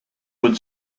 would